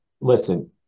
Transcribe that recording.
listen